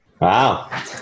Wow